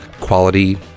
quality